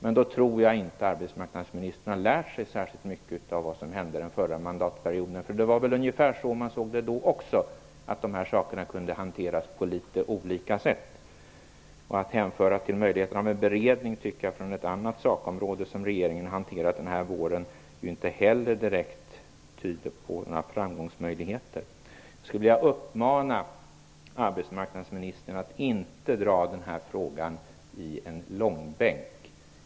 Men då tror jag att arbetsmarknadsministern inte har lärt sig särskilt mycket av det som hände under förra mandatperioden. Det är väl ungefär så man såg det då också, dvs. att de här sakerna kunde hanteras på litet olika sätt. Att hänföra till möjligheten till en beredning från ett annat sakområde som regeringen hanterat denna vår tycker jag inte heller direkt tyder på framgångsmöjligheter. Jag skulle vilja uppmana arbetsmarknadsministern att inte dra denna fråga i långbänk.